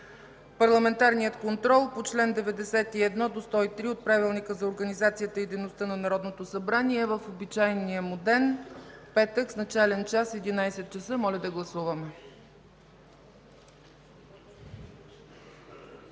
Парламентарният контрол по чл. 91 – 103 от Правилника за организацията и дейността на Народното събрание е в обичайния му ден петък, начален час 11,00 ч. Моля да гласуваме.